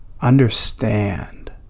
Understand